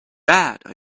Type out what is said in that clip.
bad